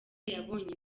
yabonye